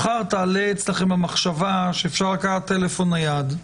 מחר תעלה אצלכם המחשבה שאפשר לקחת טלפון נייד,